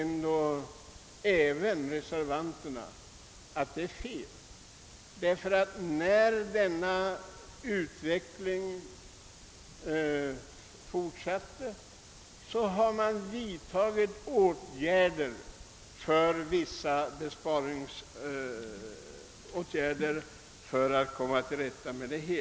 När den ogynnsamma utvecklingen fortsatte vidtog man vissa besparingsåtgärder för att komma till rätta med bristen.